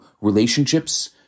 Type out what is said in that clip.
relationships